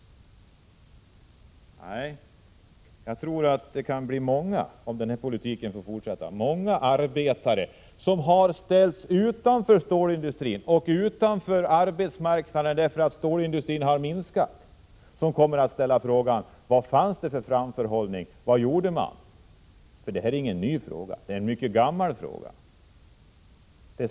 Nej, jag tror att om den här politiken får fortsätta kommer många arbetare som ställts utanför stålindustrin och utanför arbetsmarknaden, därför att stålindustrin har minskat i omfattning, att fråga: Vad fanns det för framförhållning? Vad gjorde man? Det här är ingen ny fråga — det är en mycket gammal fråga.